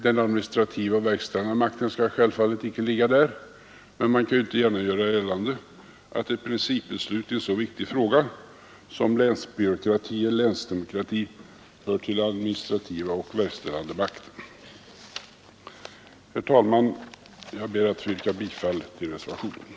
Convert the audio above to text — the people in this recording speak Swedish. Den administrativa och verkställande makten skall självfallet icke ligga där, men man kan ju inte gärna göra gällande att ett principbeslut i en så viktig fråga som den som gäller länsbyråkrati eller länsdemokrati hör till den administrativa eller verkställande makten. Herr talman! Jag ber att få yrka bifall till reservationen.